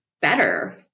better